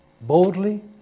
boldly